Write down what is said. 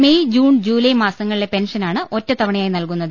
May June July മാസങ്ങളിലെ പെൻഷനാണ് ഒറ്റത്തവണയായി നൽകുന്നത്